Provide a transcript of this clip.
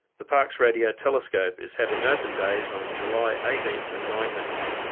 the parkes radio telescope is having open days on july eighteenth and nineteenth.